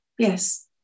Yes